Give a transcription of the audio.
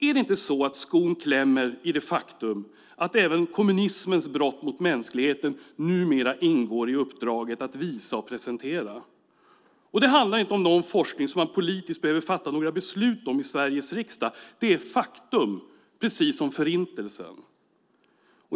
Är det inte så att skon klämmer när det gäller det faktum att även kommunismens brott mot mänskligheten numera ingår i uppdraget att visa och presentera? Det handlar inte om någon forskning som man politiskt behöver fatta några beslut om i Sveriges riksdag. Det är faktum, precis som Förintelsen.